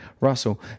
Russell